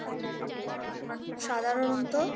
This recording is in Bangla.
সাধারণত